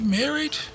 married